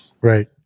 right